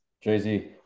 Jay-Z